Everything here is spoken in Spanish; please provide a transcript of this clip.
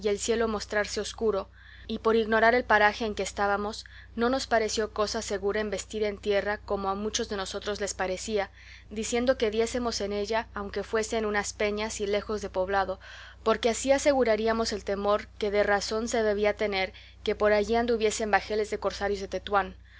el cielo mostrarse escuro y por ignorar el paraje en que estábamos no nos pareció cosa segura embestir en tierra como a muchos de nosotros les parecía diciendo que diésemos en ella aunque fuese en unas peñas y lejos de poblado porque así aseguraríamos el temor que de razón se debía tener que por allí anduviesen bajeles de cosarios de tetuán